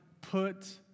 put